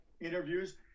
interviews